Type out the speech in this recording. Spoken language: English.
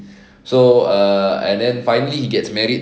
so uh and then finally he gets married